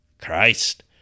Christ